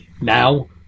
now